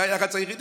בתא הלחץ היחיד